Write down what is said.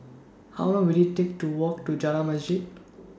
How Long Will IT Take to Walk to Jalan Masjid